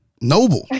Noble